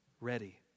ready